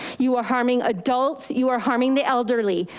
you are harming adults. you are harming the elderly.